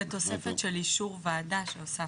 זה תוספת של אישור ועדה שהוספנו.